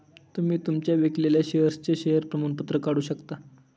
तुम्ही तुमच्या विकलेल्या शेअर्सचे शेअर प्रमाणपत्र काढू शकता